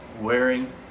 wearing